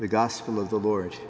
the gospel of the lord